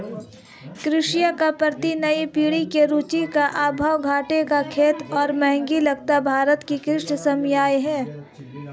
कृषि के प्रति नई पीढ़ी में रुचि का अभाव, घाटे की खेती और महँगी लागत भारत की कृषि समस्याए हैं